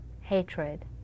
hatred